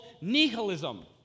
nihilism